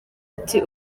ati